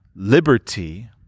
liberty